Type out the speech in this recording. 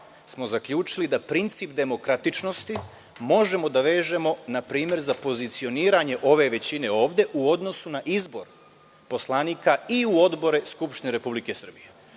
smo zaključili da princip demokratičnosti možemo da vežemo na primer za pozicioniranje ove većine ovde u odnosu na izbor poslanika i u odbore Skupštine Republike Srbije. Pošto